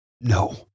No